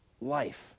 life